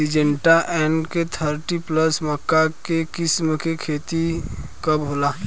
Syngenta NK thirty plus मक्का के किस्म के खेती कब होला?